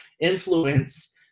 influence